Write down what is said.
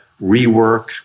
rework